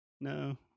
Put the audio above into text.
No